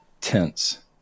tense